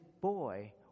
boy